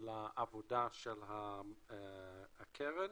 לעבודה של הקרן.